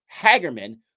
Hagerman